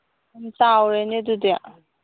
ꯆꯥꯎꯔꯦꯅꯦ ꯑꯗꯨꯗꯤ